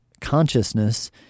consciousness